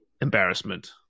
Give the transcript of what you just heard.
embarrassment